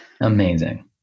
Amazing